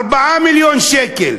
4 מיליון שקל.